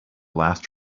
last